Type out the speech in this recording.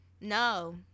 no